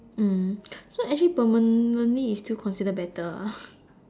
mm so actually permanently it's still considered better ah